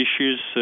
issues